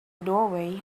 doorway